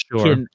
Sure